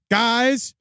guys